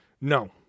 No